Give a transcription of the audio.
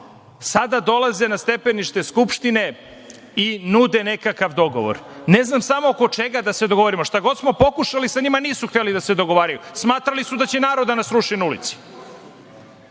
sada dolaze na stepenište Skupštine i nude nekakav dogovor. Ne znam samo oko čega da se dogovorimo? Šta god smo pokušali sa njima, nisu hteli da se dogovaraju, smatrali su da će narod da nas sruši na ulici. Sada